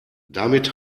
damit